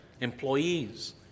employees